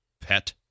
pet